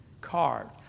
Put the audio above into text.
carved